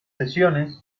sesiones